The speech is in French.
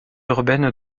urbaine